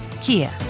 Kia